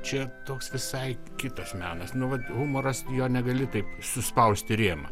čia toks visai kitas menas nu vat humoras jo negali taip suspausti į rėmą